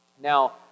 Now